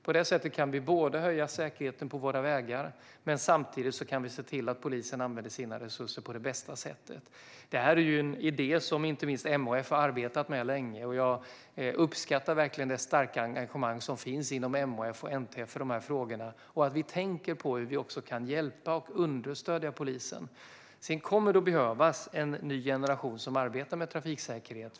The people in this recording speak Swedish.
På det sättet kan vi både höja säkerheten på våra vägar och samtidigt se till att polisen använder sina resurser på bästa sätt. Detta är en idé som inte minst MHF har arbetat med länge. Jag uppskattar verkligen det starka engagemang som finns inom MHF och NTF för frågorna och att vi tänker på hur vi kan hjälpa och understödja polisen. Det kommer att behövas en ny generation som arbetar med trafiksäkerhet.